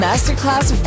Masterclass